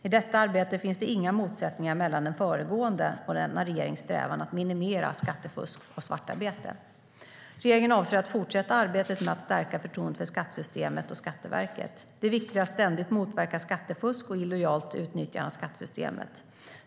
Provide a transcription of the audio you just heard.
I detta arbete finns det inga motsättningar mellan den föregående regeringens och denna regerings strävan att minimera skattefusk och svartarbete. Regeringen avser att fortsätta arbetet med att stärka förtroendet för skattesystemet och Skatteverket. Det är viktigt att ständigt motverka skattefusk och illojalt utnyttjande av skattesystemet.